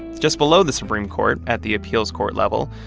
just below the supreme court, at the appeals court level,